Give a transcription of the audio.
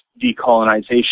decolonization